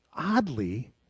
Oddly